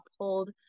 uphold